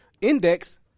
index